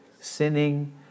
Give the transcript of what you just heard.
sinning